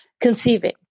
conceiving